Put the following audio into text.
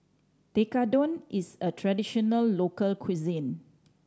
tekkadon is a traditional local cuisine